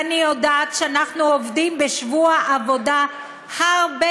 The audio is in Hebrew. אני יודעת שאנחנו עובדים בשבוע עבודה הרבה